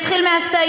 ואני אתחיל מהסיפה.